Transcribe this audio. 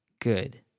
good